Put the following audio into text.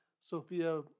Sophia